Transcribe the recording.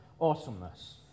awesomeness